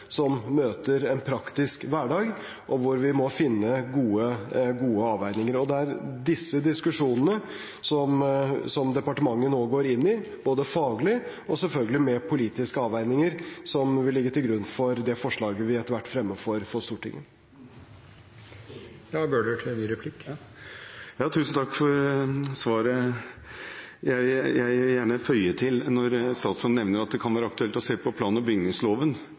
som møter en praktisk hverdag, og hvor vi må finne gode avveininger. Det er disse diskusjonene som departementet nå går inn i, både faglig og selvfølgelig med politiske avveininger, som vil ligge til grunn for det forslaget vi etter hvert fremmer for Stortinget. Tusen takk for svaret. Jeg vil gjerne føye til: Når statsråden nevner at det kan være aktuelt å se på plan- og bygningsloven